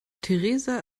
theresa